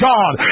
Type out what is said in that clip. God